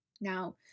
Now